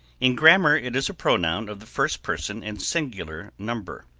in grammar it is a pronoun of the first person and singular number.